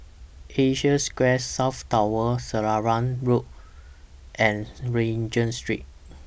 Asia Square South Tower Selarang Park Road and Regent Street